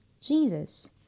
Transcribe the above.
Jesus